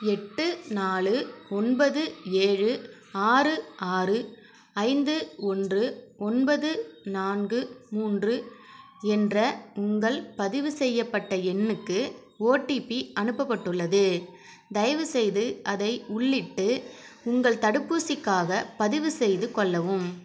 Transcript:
எட்டு நாலு ஒன்பது ஏழு ஆறு ஆறு ஐந்து ஒன்று ஒன்பது நான்கு மூன்று என்ற உங்கள் பதிவு செய்யப்பட்ட எண்ணுக்கு ஓடிபி அனுப்பப்பட்டுள்ளது தயவுசெய்து அதை உள்ளிட்டு உங்கள் தடுப்பூசிக்காகப் பதிவுசெய்து கொள்ளவும்